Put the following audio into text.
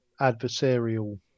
adversarial